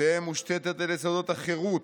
תהא מושתתת על יסודות החירות,